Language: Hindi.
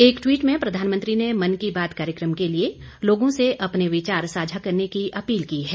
एक ट्वीट में प्रधानमंत्री ने मन की बात कार्यक्रम के लिए लोगों से अपने विचार साझा करने की अपील की है